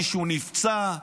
מישהו נפצע,